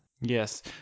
Yes